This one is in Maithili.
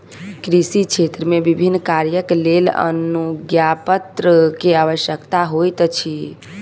कृषि क्षेत्र मे विभिन्न कार्यक लेल अनुज्ञापत्र के आवश्यकता होइत अछि